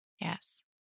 Yes